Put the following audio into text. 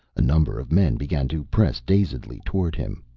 a number of men began to press dazedly toward him.